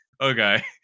okay